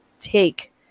take